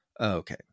Okay